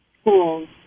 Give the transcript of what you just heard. schools